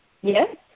Yes